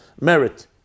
merit